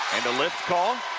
and a lift call